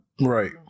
Right